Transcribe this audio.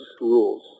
rules